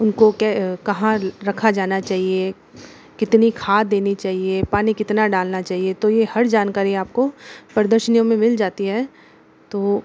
उनको कहाँ रखा जाना चाहिए कितनी खाद देनी चाहिए पानी कितना डालना चाहिए तो ये हर जानकारी आपको प्रदर्शनियों में मिल जाती हैं तो